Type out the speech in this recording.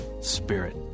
spirit